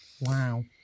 Wow